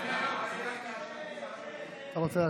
הוא רוצה להשיב.